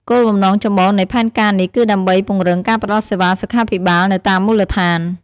គោលបំណងចម្បងនៃផែនការនេះគឺដើម្បីពង្រឹងការផ្តល់សេវាសុខាភិបាលនៅតាមមូលដ្ឋាន។